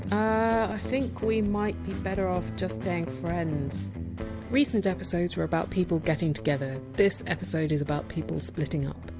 i think we might be better off just staying friends! plus recent episodes were about people getting together. this episode is about people splitting up.